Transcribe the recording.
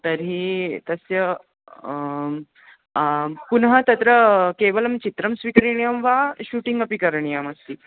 तर्हि तस्य आं पुनः तत्र केवलं चित्रं स्वीकरणीयं वा शूटिङ्ग् अपि करणीयमस्ति